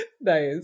Nice